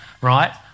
right